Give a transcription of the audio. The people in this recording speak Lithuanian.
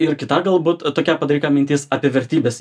ir kita galbūt tokia padrika mintis apie vertybes